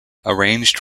arranged